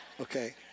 Okay